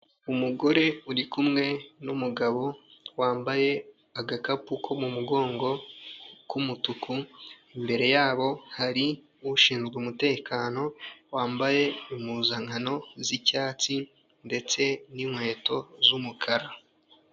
Umugore uri kumwe n'umugabo wambaye agakapu ko mu mugongo k'umutuku, imbere yabo hari ushinzwe umutekano wambaye impuzankano z'icyatsi ndetse n'inkweto z'umukara.